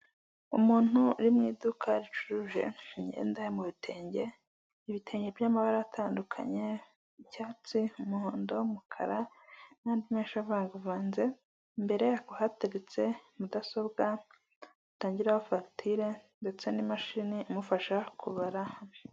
Umuntu uri mu iduka ricuruje imyenda yo mu bitenge ibitenge byamabara atandukanye icyatsi ,umuhondo ,umukara n'andi menshi avangavanze. Imbere hateretse mudasobwa atangiraho fagitire ndetse n'imashini imufasha kubara.